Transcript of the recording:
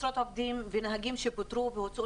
עשרות עובדים ונהגים שפוטרו והוצאו